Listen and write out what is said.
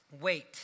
Wait